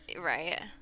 Right